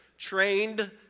Trained